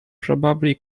probably